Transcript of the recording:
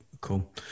Cool